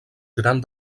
gran